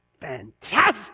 Fantastic